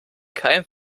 kein